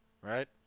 right